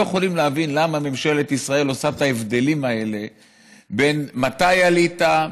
לא יכולים להבין למה ממשלת ישראל עושה את ההבדלים האלה בין מתי עלית,